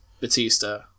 Batista